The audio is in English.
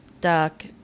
duck